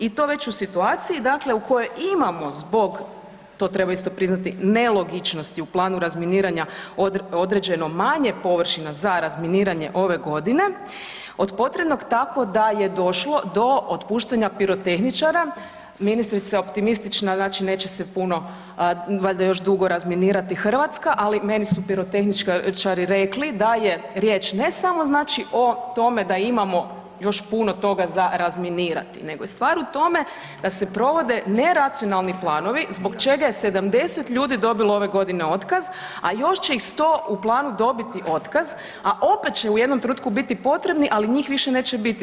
I to već u situaciju dakle, u kojoj imamo zbog to treba isto priznati nelogičnosti u planu razminiranja određeno manje površina za razminiranje ove godine od potrebnog tako da je došlo do otpuštanja pirotehničara, ministrica je optimistična znači neće se puno valjda još dugo razminirati Hrvatska, ali meni su pirotehničari rekli da je riječ ne samo znači o tome da imamo još puno toga za razminirati nego je stvar u tome da se provode neracionalni planovi zbog čega je 70 ljudi dobilo ove godine otkaz, a još će ih 100 u planu dobiti otkaz, a opet će u jednom trenutku biti potrebni, ali njih više neće biti.